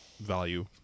value